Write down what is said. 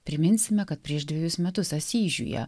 priminsime kad prieš dvejus metus asyžiuje